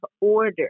order